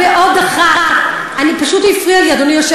בתור אחד שנשוי עם כמה וכמה נשים,